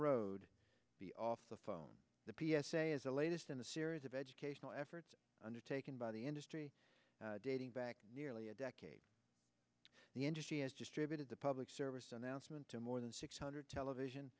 road be off the phone the p s a is the latest in a series of educational efforts undertaken by the industry dating back nearly a decade the industry has distributed the public service announcement to more than six hundred television